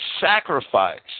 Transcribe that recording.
sacrifice